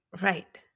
Right